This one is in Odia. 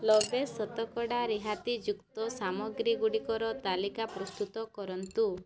ନବେ ଶତକଡ଼ା ରିହାତିଯୁକ୍ତ ସାମଗ୍ରୀଗୁଡ଼ିକର ତାଲିକା ପ୍ରସ୍ତୁତ କରନ୍ତୁ